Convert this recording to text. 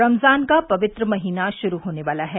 रमजान का पवित्र महीना शुरू होने वाला है